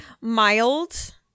mild